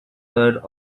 heard